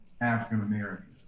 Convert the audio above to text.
African-Americans